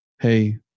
hey